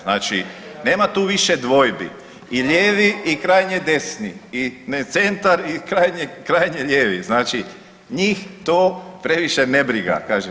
Znači nema tu više dvojbi i lijevi i krajnje desni i ne centar i krajnje lijevi znači njih to previše ne briga kažem.